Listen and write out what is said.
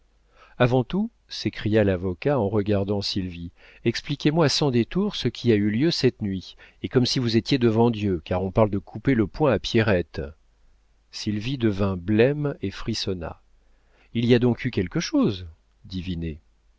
avant tout s'écria l'avocat en regardant sylvie expliquez-moi sans détour ce qui a eu lieu cette nuit et comme si vous étiez devant dieu car on parle de couper le poing à pierrette sylvie devint blême et frissonna il y a donc eu quelque chose